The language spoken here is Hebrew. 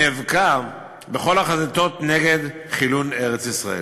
נאבקה בכל החזיתות נגד חילון ארץ-ישראל.